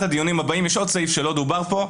הדיונים הבאים יש עוד סעיף שלא דובר פה,